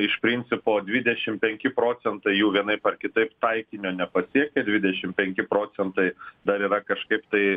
iš principo dvidešimt penki procentai jų vienaip ar kitaip taikinio nepasiekė dvidešimt penki procentai dar yra kažkaip tai